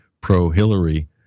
pro-Hillary